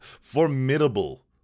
formidable